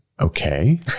Okay